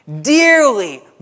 dearly